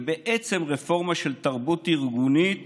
בעצם רפורמה של תרבות ארגונית